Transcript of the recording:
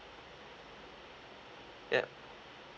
yup